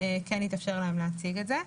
כן יתאפשר להם להציג את זה.